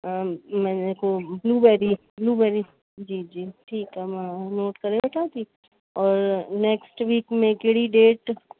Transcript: blueberry blueberry वरी जी जी ठीकु आहे मां नोट करे वठां थी और नेक्स्ट वीक में कहिड़ी डेट